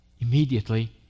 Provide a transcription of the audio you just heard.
Immediately